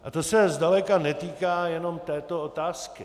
A to se zdaleka netýká jen této otázky.